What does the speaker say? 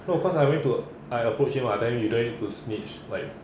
no cause I went to I approach him [what] then we don't need to snitch like